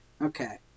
Okay